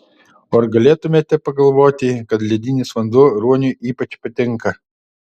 o ar galėtumėte pagalvoti kad ledinis vanduo ruoniui ypač patinka